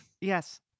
Yes